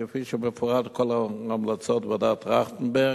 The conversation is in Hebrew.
כפי שמפורט בכל המלצות ועדת-טרכטנברג,